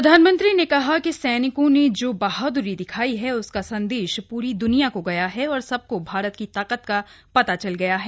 प्रधानमंत्री ने कहा कि सैनिकों ने जो बहाद्री दिखाई है उसका संदेश पूरी द्रनिया को गया है और सबको भारत की ताकत का पता चल गया है